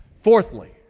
Fourthly